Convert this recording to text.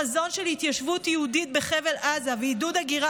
החזון של התיישבות יהודית בחבל עזה ועידוד הגירה